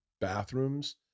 bathrooms